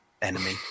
enemy